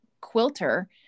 quilter